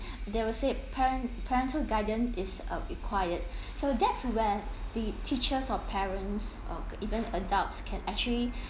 they will say parent~ parental guidance is required so that where the teachers or parents or even adults can actually